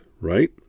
right